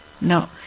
No